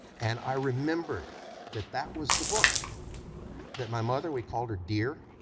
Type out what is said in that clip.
and i remembered that that was the book that my mother, we called her dear,